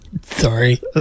Sorry